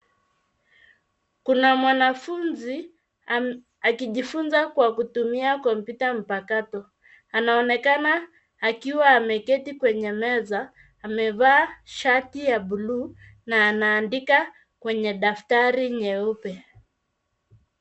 Kuna mwanafunzi akijifunza kwa kutumia kompyuta mpakato. Anaonekana akiwa ameketi kwenye meza. Amevaa shati ya buluu na anaandika kwenye daftari nyeupe.